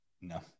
No